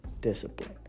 Discipline